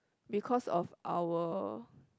because of our